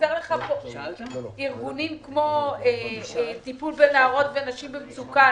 חסרים לך ארגונים כמו טיפול בנערות ונשים במצוקה,